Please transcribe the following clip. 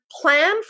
plan